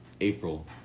April